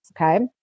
Okay